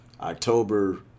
October